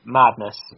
madness